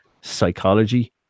psychology